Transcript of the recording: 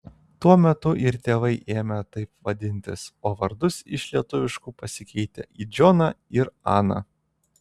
tuo metu ir tėvai ėmė taip vadintis o vardus iš lietuviškų pasikeitė į džoną ir aną